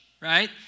right